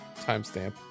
timestamp